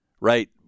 right